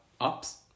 ups